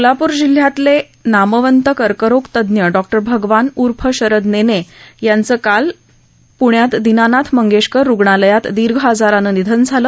सोलापूर जिल्ह्यातले नामवंत कर्करोगतज्ञ डॉक्टर भगवान उर्फ शरद नेने यांचं काल पृण्यात दिनानाथ मंगेशकर रुग्णालयात दीर्घ आजारानं निधन झालं